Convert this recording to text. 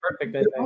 Perfect